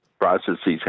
processes